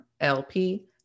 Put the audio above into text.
LP